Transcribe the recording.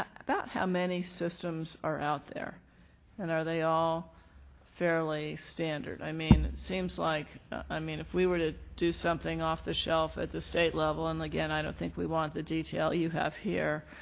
about how many stems are out there and are they all fairly standard? i mean it seems like i mean if we were to do something off the shelf at the state level and again i don't think we want the detail you have here,